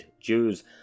Jews